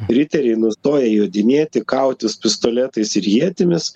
riteriai nustoja jodinėti kautis pistoletais ir ietimis